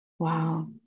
Wow